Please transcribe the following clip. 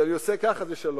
שכשאני עושה ככה, זה שלום.